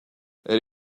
elle